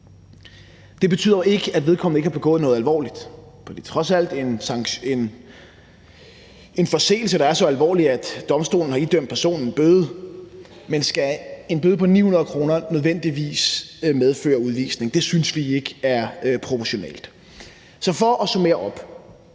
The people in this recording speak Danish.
Det betyder ikke, at vedkommende ikke har begået noget alvorligt, det er trods alt en forseelse, der er så alvorlig, at domstolen har idømt personen en bøde. Men skal en bøde på 900 kr. nødvendigvis medføre udvisning? Det synes vi ikke er proportionalt. Så for at opsummere: